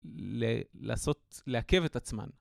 לעשות, לעכב את עצמן.